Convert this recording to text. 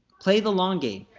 play the long game.